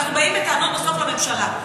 אנחנו באים בטענות בסוף לממשלה,